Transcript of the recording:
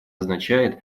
означает